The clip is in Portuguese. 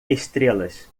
estrelas